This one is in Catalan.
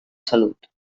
salut